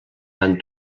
van